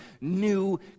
new